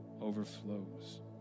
overflows